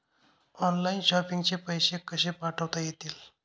Online shopping चे पैसे कसे पाठवता येतील?